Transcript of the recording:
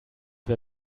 wer